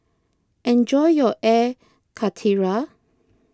enjoy your Air Karthira